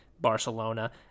Barcelona